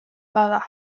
bada